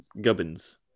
gubbins